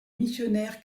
missionnaires